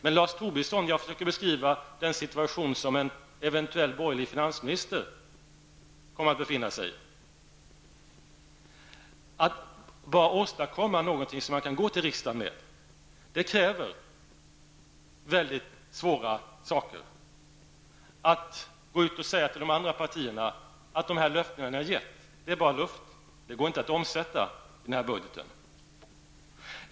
Men, Lars Tobisson, jag försöker beskriva den situation som en eventuell borgerlig finansminister kommer att befinna sig i. Bara att åstadkomma någonting som man kan gå till riksdagen med kommer att kräva ett väldigt stort arbete. Det gäller att gå ut och säga till de andra partierna att de löften de gett bara är luft och inte går att omsätta i budgeten.